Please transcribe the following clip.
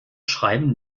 schreiben